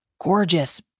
gorgeous